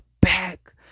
back